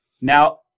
Now